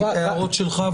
הערות שלך,